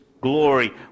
glory